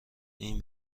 این